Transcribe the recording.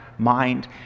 mind